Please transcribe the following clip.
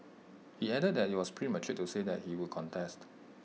he added that IT was premature to say that he would contest